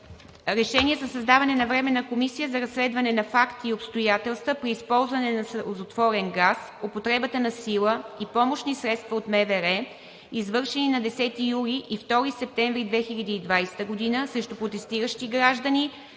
РЕШЕНИЕ за създаване на Временна комисия за разследване на факти и обстоятелства при използване на сълзотворен газ, употребата на сила и помощни средства от МВР, извършени на 10 юли и 2 септември 2020 г. срещу протестиращи граждани,